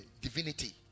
Divinity